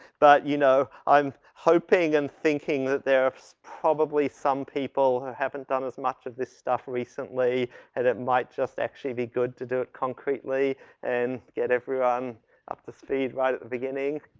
but you know, i'm hoping and thinking that there's probably some people haven't done as much of this stuff recently and it might just actually be good to do it concretely and get everyone up to speed right at the beginning.